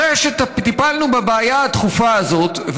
אחרי שטיפלנו בבעיה הדחופה הזאת,